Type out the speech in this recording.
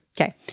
Okay